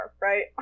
right